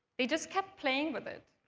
they just kept playing with it.